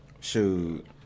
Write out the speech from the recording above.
Shoot